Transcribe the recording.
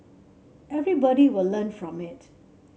everybody will learn from it